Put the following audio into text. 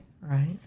Right